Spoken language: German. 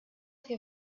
wir